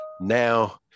Now